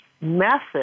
method